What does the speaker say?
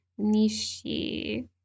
Nishi